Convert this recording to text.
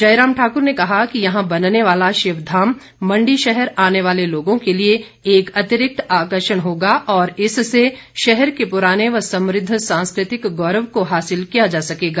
जयराम ठाकुर ने कहा कि यहां बनने वाला शिवधाम मण्डी शहर आने वाले लोगों के लिए एक अतिरिक्त आकर्षण होगा और इससे शहर के पुराने व समृद्ध सांस्कृतिक गौरव को हासिल किया जा सकेगा